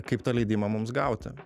kaip tą leidimą mums gauti